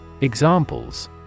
Examples